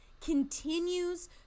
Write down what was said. continues